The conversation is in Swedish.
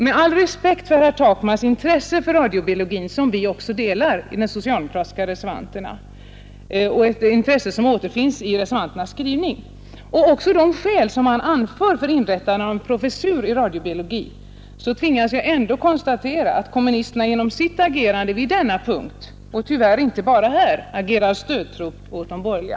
Med all respekt för herr Takmans intresse för radiobiologin — ett intresse som vi socialdemokratiska reservanter delar, vilket framgår av vår skrivning — och för de skäl som han anför för inrättande av en professur i radiobiologi, tvingas jag ändå konstatera att kommunisterna genom sitt handlande på denna punkt, och tyvärr inte bara här, agerar stödtrupp åt de borgerliga.